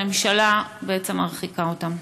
הממשלה בעצם מרחיקה אותם?